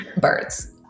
birds